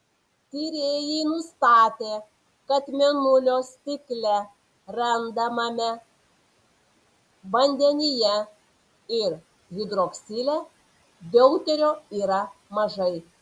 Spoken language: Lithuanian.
tyrėjai nustatė kad mėnulio stikle randamame vandenyje ir hidroksile deuterio yra mažai